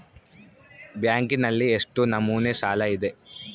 ಬ್ಯಾಂಕಿನಲ್ಲಿ ಎಷ್ಟು ನಮೂನೆ ಸಾಲ ಇದೆ?